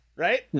Right